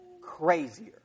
crazier